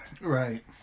Right